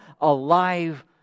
alive